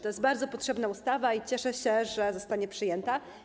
To jest bardzo potrzebna ustawa i cieszę się, że zostanie przyjęta.